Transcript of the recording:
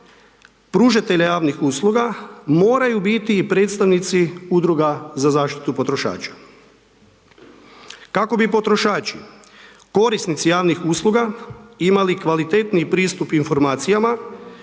pružatelja javnih usluga, moraju biti i predstavnici udruga za zaštitu potrošača. Kako bi potrošači, korisnici javnih usluga, imaju kvalitetniji pristup informacija,